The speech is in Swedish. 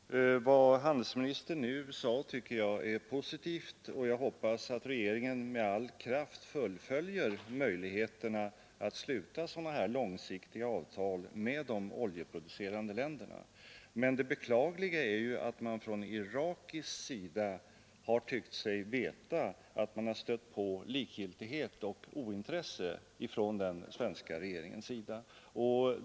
Fru talman! Vad handelsministern nu sade tycker jag är positivt, och jag hoppas att regeringen med all kraft fullföljer möjligheterna att sluta sådana här långsiktiga avtal med de oljeproducerande länderna. Men det beklagliga är ju att man från irakisk sida har tyckt sig veta att man stött på likgiltighet och ointresse från den svenska regeringens sida.